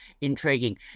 intriguing